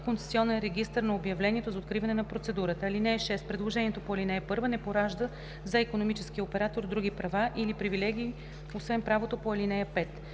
концесионен регистър на обявлението за откриване на процедурата. (6) Предложението по ал. 1 не поражда за икономическия оператор други права или привилегии освен правото по ал. 5.“